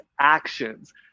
actions